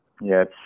Yes